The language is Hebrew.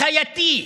חייתי.